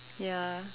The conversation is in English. ya